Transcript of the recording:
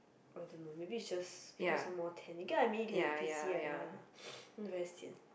I don't know maybe is just because I'm more tan you get what I mean you can you can see right ya look very sian